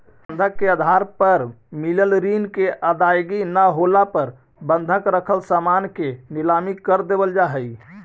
बंधक के आधार पर मिलल ऋण के अदायगी न होला पर बंधक रखल सामान के नीलम कर देवल जा हई